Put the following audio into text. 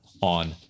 on